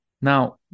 Now